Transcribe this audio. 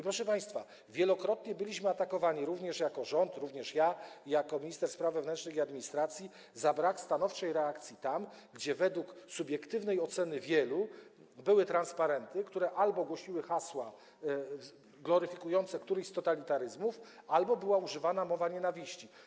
Proszę państwa, wielokrotnie byliśmy atakowani również jako rząd, również ja jako minister spraw wewnętrznych i administracji, za brak stanowczej reakcji tam, gdzie według subiektywnej oceny wielu były transparenty, na których albo głoszono hasła gloryfikujące któryś z totalitaryzmów, albo była używana mowa nienawiści.